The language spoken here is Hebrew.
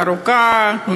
ארוכה,